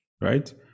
right